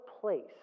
place